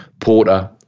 Porter